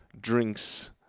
drinks